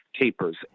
tapers